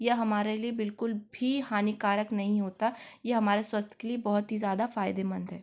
यह हमारे लिए बिल्कुल भी हानिकारक नहीं होता ये हमारे स्वास्थ्य के लिए बहुत ही ज़्यादा फायदेमंद है